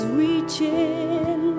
reaching